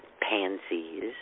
pansies